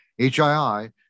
HII